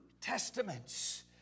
testaments